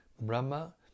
Brahma